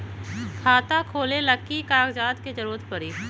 खाता खोले ला कि कि कागजात के जरूरत परी?